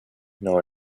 nor